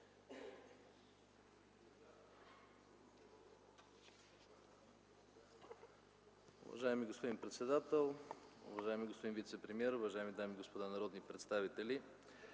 Уважаема госпожо председател, уважаеми господин министър-председател, уважаеми дами и господа народни представители!